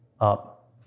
up